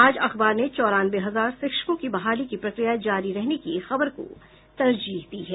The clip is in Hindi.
आज अखबार ने चौरानवे हजार शिक्षकों की बहाली की प्रक्रिया जारी रहने की खबर को तरजीह दी है